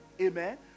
Amen